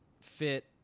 fit